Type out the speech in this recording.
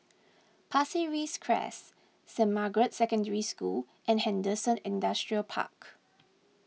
Pasir Ris Crest Saint Margaret's Secondary School and Henderson Industrial Park